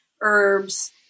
herbs